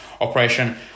operation